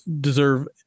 deserve